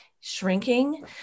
shrinking